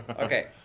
Okay